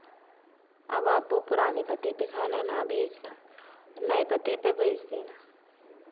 अब आप वो पुराने पते पे खाना ना भेजना नए पते पे भेज देना